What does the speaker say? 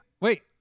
Wait